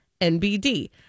NBD